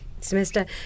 semester